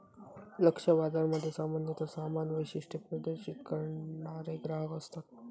लक्ष्य बाजारामध्ये सामान्यता समान वैशिष्ट्ये प्रदर्शित करणारे ग्राहक असतत